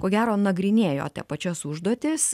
ko gero nagrinėjote pačias užduotis